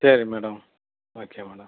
சரி madam okay madam